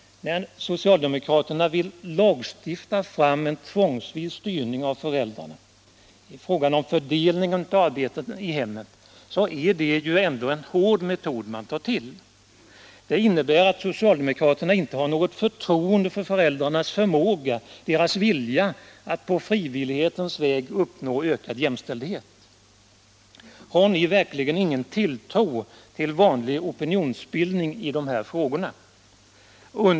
Socialdemokraterna vill lagstifta fram en tvångsvis styrning av föräldrarna. I fråga om fördelningen av arbetet i hemmet är det en hård metod man tar till. Det innebär att socialdemokraterna inte har förtroende för föräldrarnas förmåga, deras vilja att på frivillighetens väg uppnå ökad jämställdhet. Har ni verkligen ingen tilltro till vanlig opinionsbildning i dessa frågor?